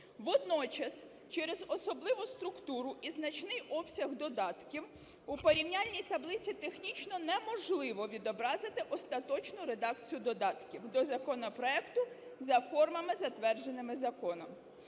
Водночас, через особливу структуру і значний обсяг додатків, у порівняльній таблиці технічно неможливо відобразити остаточну редакцію додатків до законопроекту за формами, затвердженими законом.